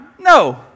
no